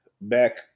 back